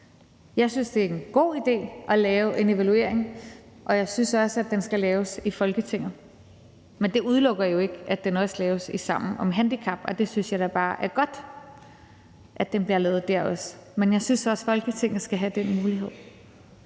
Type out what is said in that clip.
Jeg synes, at det er en god idé at lave en evaluering, og jeg synes også, den skal laves i Folketinget, men det udelukker jo ikke, at den også laves i Sammen om handicap, og det synes jeg da bare er godt, altså at den bliver lavet dér også. Men jeg synes også, at Folketinget skal have den mulighed.